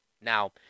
Now